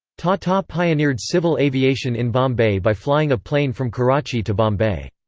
tata pioneered civil aviation in bombay by flying a plane from karachi to bombay.